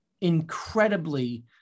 incredibly